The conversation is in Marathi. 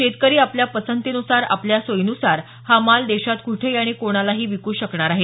शेतकरी आपल्या पसंतीनुसार आपल्या सोयीनुसार हा माल देशात कुठेही आणि कोणालाही विकू शकणार आहेत